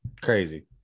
Crazy